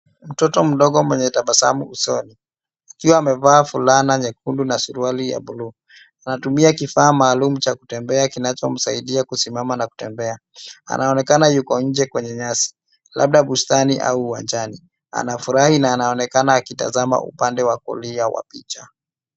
Mtoto mdogo mwenye tabasamu usoni, juu amevaa fulana nyekundu na suruali ya buluu. Anatumia kifaa maalum cha kutembea kinachomsaidia kusimama na kutembea. Anaonekana yuko nje kwenye nyasi, labda bustani au uwanjani. Anafurahi na anaonekana akitazama upande wa kulia wa picha.